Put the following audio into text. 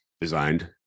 designed